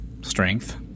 strength